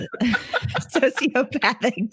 Sociopathic